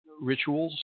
rituals